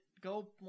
go